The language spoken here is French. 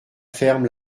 ferme